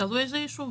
תלוי איזה ישוב.